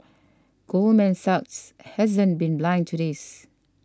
Goldman Sachs hasn't been blind to this